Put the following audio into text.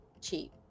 cheap